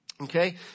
Okay